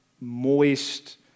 moist